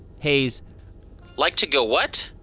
haise like to go what?